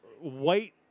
white